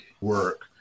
work